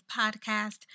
podcast